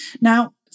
Now